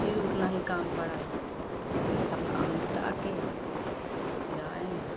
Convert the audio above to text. फिर उतना ही काम पड़ा फिर सब काम निपटा कर फर आए